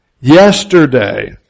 Yesterday